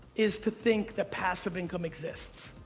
is to think that passive income exists.